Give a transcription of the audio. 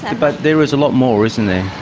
but there is a lot more, isn't there?